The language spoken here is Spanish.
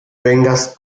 vengas